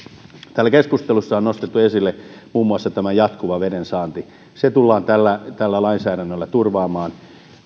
täällä keskustelussa on nostettu esille muun muassa tämä jatkuva vedensaanti se tullaan tällä tällä lainsäädännöllä turvaamaan